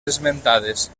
esmentades